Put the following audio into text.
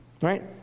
right